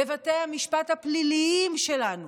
בבתי המשפט הפליליים שלנו,